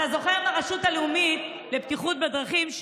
אתה זוכר את הרשות הלאומית לבטיחות בדרכים,